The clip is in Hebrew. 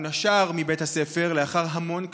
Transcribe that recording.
הוא נשר מבית הספר לאחר המון קשיים,